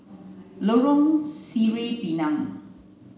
Lorong Sireh Pinang